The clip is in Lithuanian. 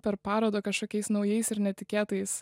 per parodą kašokiais naujais ir netikėtais